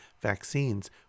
vaccines